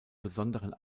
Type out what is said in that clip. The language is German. besonderen